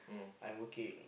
I'm working